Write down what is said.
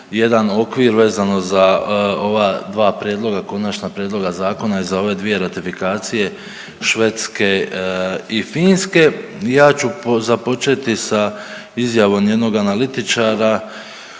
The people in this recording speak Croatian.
jedan okvir vezano za ova dva prijedloga, konačna prijedloga zakona i za ove dvije ratifikacije Švedske i Finske. Ja ću započeti sa izjavom jednog analitičara